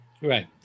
Right